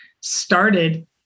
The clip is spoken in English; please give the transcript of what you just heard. started